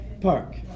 Park